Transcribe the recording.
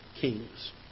kings